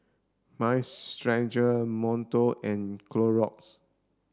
mind Stretcher Monto and Clorox